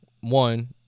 One